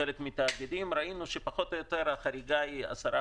בחלק מהתאגידים ראינו שפחות או יותר החריגה היא 15%-10%.